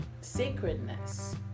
sacredness